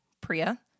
Priya